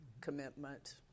commitment